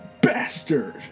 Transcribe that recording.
Bastard